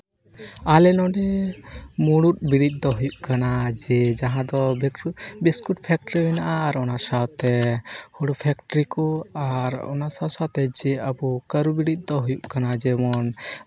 ᱟᱞᱮ ᱱᱚᱰᱮ ᱢᱩᱬᱩᱫ ᱵᱤᱨᱤᱫ ᱫᱚ ᱦᱩᱭᱩᱜ ᱠᱟᱱᱟ ᱡᱮ ᱡᱟᱦᱟᱸ ᱫᱚ ᱵᱤᱥᱠᱩᱴ ᱯᱷᱮᱠᱴᱟᱨᱤ ᱦᱮᱱᱟᱜᱼᱟ ᱟᱨ ᱚᱱᱟ ᱥᱟᱶᱛᱮ ᱦᱳᱲᱳ ᱯᱷᱮᱠᱴᱟᱨᱤ ᱠᱚ ᱟᱨ ᱚᱱᱟ ᱥᱟᱶ ᱥᱟᱶᱛᱮ ᱡᱮ ᱟᱵᱚ ᱠᱟᱹᱨᱩ ᱵᱤᱨᱤᱫ ᱫᱚ ᱦᱩᱭᱩᱜ ᱠᱟᱱᱟ ᱡᱮᱢᱚᱱ